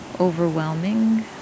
overwhelming